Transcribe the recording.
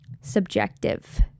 subjective